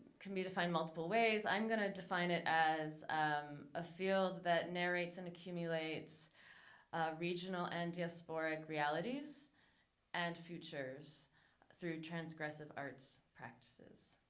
can be defined multiple ways. i'm gonna define it as a field that narrates and accumulates regional and diasporic realities and futures through transgressive arts practices.